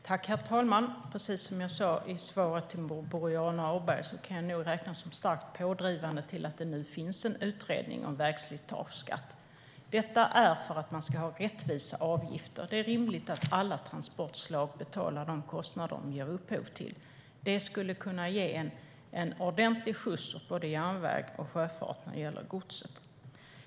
Herr talman! Precis som jag sa i svaret till Boriana Åberg kan jag nog räknas som starkt pådrivande till att det nu finns en utredning om väg-slitageskatt. Detta är för att man ska ha rättvisa avgifter. Det är rimligt att alla transportslag betalar de kostnader de ger upphov till. Det skulle kunna ge en ordentlig skjuts åt både järnväg och sjöfart när det gäller godset.